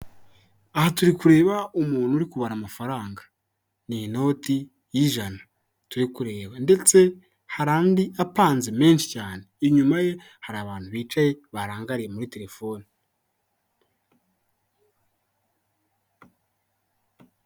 Aha turi kureba umuntu uri kubara amafaranga, ni inoti y'ijana turi kureba, ndetse hari andi apanze menshi cyane, inyuma ye hari abantu bicaye barangariye muri telefone.